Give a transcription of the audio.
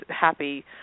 happy